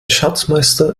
schatzmeister